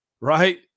right